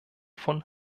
von